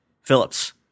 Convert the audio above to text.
Phillips